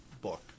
book